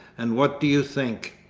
and what do you think!